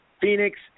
Phoenix